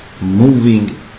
moving